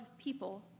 people